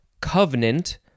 covenant